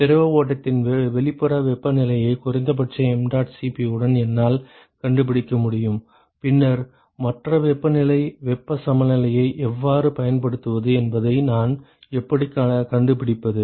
திரவ ஓட்டத்தின் வெளிப்புற வெப்பநிலையை குறைந்தபட்ச mdot Cp உடன் என்னால் கண்டுபிடிக்க முடியும் பின்னர் மற்ற வெப்பநிலை வெப்ப சமநிலையை எவ்வாறு பயன்படுத்துகிறது என்பதை நான் எப்படி கண்டுபிடிப்பது